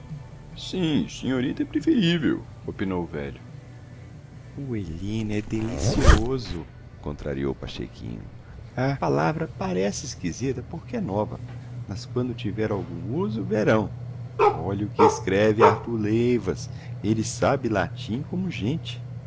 sim senhorita é preferível opinou o velho puelina é delicioso contrariou o pachequinho a palavra parece esquisita porque é nova mas quando tiver algum uso verão olhe o que escreve artur leivas ele sabe latim como gente